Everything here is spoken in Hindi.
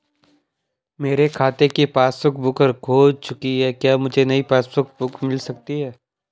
मेरे खाते की पासबुक बुक खो चुकी है क्या मुझे नयी पासबुक बुक मिल सकती है?